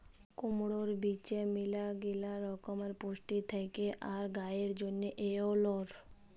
কুমড়র বীজে ম্যালাগিলা রকমের পুষ্টি থেক্যে আর গায়ের জন্হে এঔরল